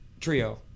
Trio